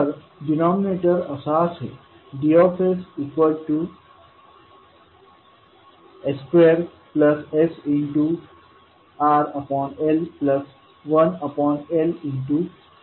तर डिनॉमिनेटर असा असेल Ds2sRL1LC0